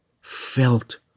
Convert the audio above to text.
felt